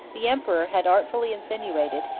the emperor had artfully insinuated,